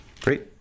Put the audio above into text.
Great